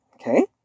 Okay